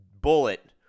bullet